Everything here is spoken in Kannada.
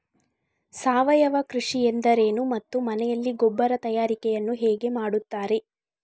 ಸಾವಯವ ಕೃಷಿ ಎಂದರೇನು ಮತ್ತು ಮನೆಯಲ್ಲಿ ಗೊಬ್ಬರ ತಯಾರಿಕೆ ಯನ್ನು ಹೇಗೆ ಮಾಡುತ್ತಾರೆ?